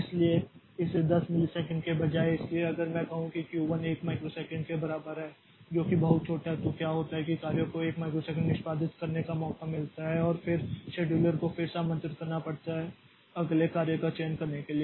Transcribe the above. इसलिए इसे 10 मिलीसेकंड के बजाय इसलिए अगर मैं कहूं कि q 1 माइक्रोसेकंड के बराबर है जो कि बहुत छोटा है तो क्या होता है कि कार्य को 1 माइक्रोसेकंड निष्पादित करने का मौका मिलता है और फिर शेड्यूलर को फिर से आमंत्रित करना पड़ता है अगले कार्य का चयन करने के लिए